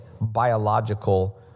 biological